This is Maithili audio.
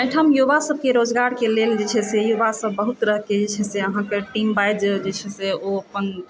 एहिठाम युवासभके रोजगारके लेल जे छै से युवासभ बहुत तरहकेँ जे छै से अहाँकेँ टीम वाइज जे छै से ओ अपन